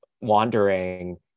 wandering